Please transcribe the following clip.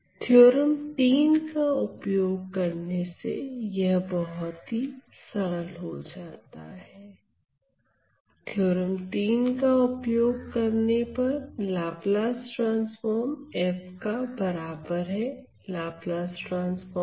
theorem 3 का उपयोग करने से यह बहुत सरल हो जाता है